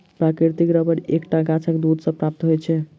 प्राकृतिक रबर एक टा गाछक दूध सॅ प्राप्त होइत छै